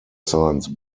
science